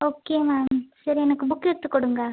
okay ma'am சரி எனக்கு book எடுத்துக் கொடுங்க